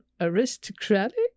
aristocratic